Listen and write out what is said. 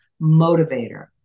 motivator